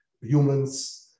Humans